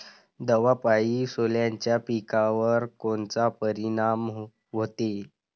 दवापायी सोल्याच्या पिकावर कोनचा परिनाम व्हते?